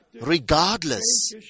regardless